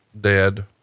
dead